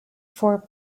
for